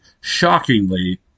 shockingly